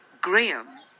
Graham